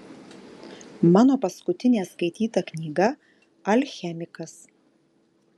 mano paskutinė skaityta knyga alchemikas